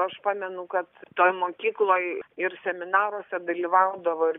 aš pamenu kad ten mokykloj ir seminaruose dalyvaudavo ir